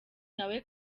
nawe